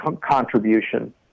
Contribution